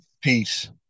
Peace